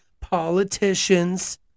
politicians